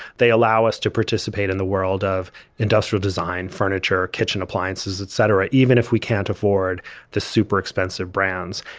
they allow us to participate. in the world of industrial design, furniture, kitchen, appliances, etc. even if we can't afford the super expensive brands.